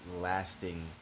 lasting